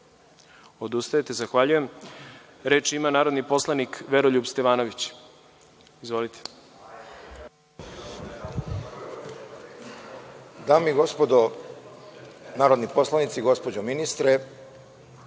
Odustajete. Zahvaljujem. Reč ima narodni poslanik Veroljub Stevanović. Izvolite.